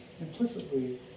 Implicitly